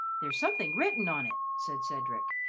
there's something written on it, said cedric,